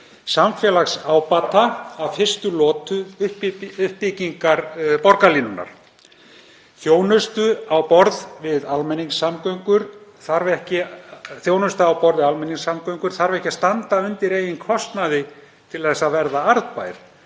samfélagsábata af fyrstu lotu uppbyggingar borgarlínunnar. Þjónusta á borð við almenningssamgöngur þarf ekki að standa undir eigin kostnaði til að verða arðbær